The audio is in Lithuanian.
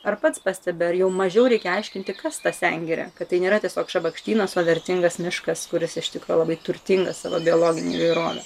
ar pats pastebi ar jau mažiau reikia aiškinti kas ta sengirė kad tai nėra tiesiog šabakštynas o vertingas miškas kuris iš tikrųjų labai turtingas savo biologine įvairove